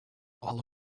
all